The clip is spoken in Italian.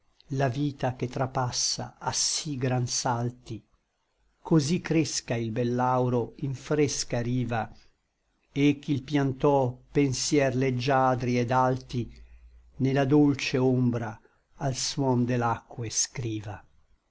la vita che trapassa a sí gran salti cosí cresca il bel lauro in fresca riva et chi l piantò pensier leggiadri et alti ne la dolce ombra al suon de l'acque scriva